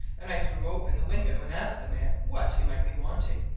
and i threw open the window and asked the man what he might be wanting.